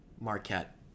Marquette